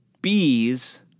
Bees